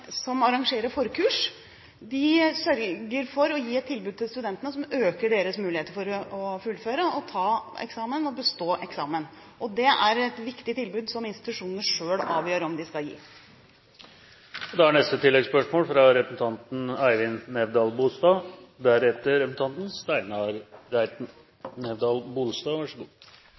arrangerer forkurs, sørger for å gi et tilbud til studentene som øker deres muligheter for å fullføre og bestå eksamen. Det er et viktig tilbud som institusjonene selv avgjør om de skal gi. Eivind Nævdal-Bolstad – til oppfølgingsspørsmål. Det er